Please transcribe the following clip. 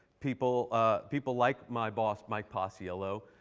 people ah people like my boss, mike paciello,